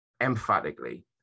emphatically